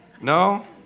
No